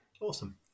Awesome